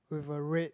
with a red